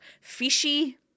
Fishy